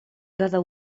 cada